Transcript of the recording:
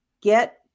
get